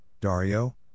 Dario